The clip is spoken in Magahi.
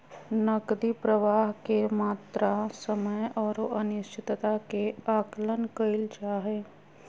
नकदी प्रवाह के मात्रा, समय औरो अनिश्चितता के आकलन कइल जा हइ